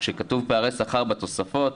כשכתוב "פערי שכר בתוספות",